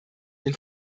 den